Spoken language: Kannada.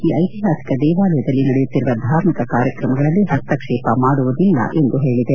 ಈ ಐತಿಹಾಸಿಕ ದೇವಾಲಯದಲ್ಲಿ ನಡೆಯುತ್ತಿರುವ ಧಾರ್ಮಿಕ ಕಾರ್ಯಕ್ರಮಗಳಲ್ಲಿ ಹಸ್ತಕ್ಷೇಪ ಮಾಡುವುದಿಲ್ಲ ಎಂದು ಹೇಳಿದೆ